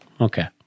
Okay